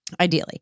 Ideally